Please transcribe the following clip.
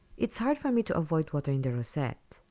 it's hard for me to avoid watering the rosette.